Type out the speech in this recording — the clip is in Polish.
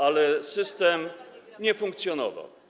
ale system nie funkcjonował.